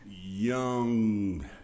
Young